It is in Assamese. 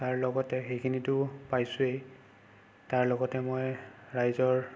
তাৰ লগতে সেইখিনিতো পাইছোঁৱেই তাৰ লগতে মই ৰাইজৰ